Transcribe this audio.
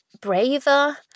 braver